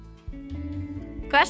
Question